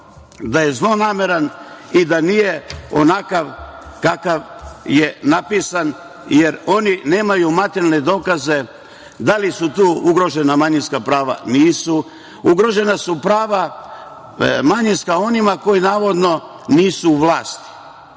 da je zlonameran i da nije onakav kakav je napisan, jer oni nemaju materijalne dokaze da li su tu ugrožena manjinska prava. Nisu. Ugrožena su manjinska prava onima koji navodno nisu u vlasti.